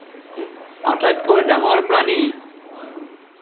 আটাইতকৈ ডাঙৰ প্ৰাণী